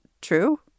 true